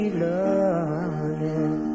learning